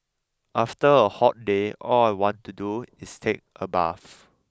after a hot day all I want to do is take a bath